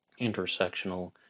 intersectional